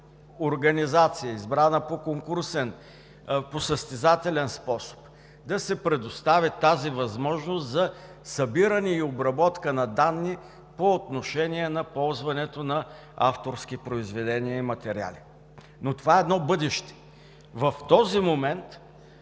организация, избрана по конкурсен, по състезателен способ, да се предостави възможността за събиране и обработка на данни по отношение ползването на авторски произведения и материали. Това обаче е едно бъдеще. В този момент